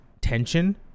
tension